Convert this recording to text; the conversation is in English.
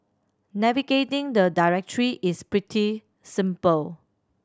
navigating the directory is pretty simple